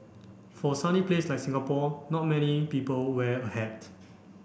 for a sunny place like Singapore not many people wear a hat